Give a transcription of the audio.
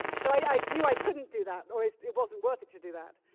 so i knew i couldn't do that or it wasn't worth it to do that.